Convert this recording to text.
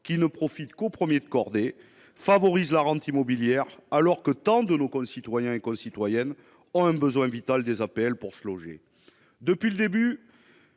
qui ne profite qu'aux premiers de cordée favorise la rente immobilière, alors que tant de nos concitoyens et concitoyennes ont un besoin vital des appels pour se loger, depuis le début